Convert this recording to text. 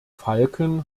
falken